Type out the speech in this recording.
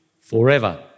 forever